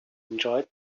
enjoyed